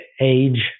age